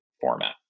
format